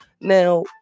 Now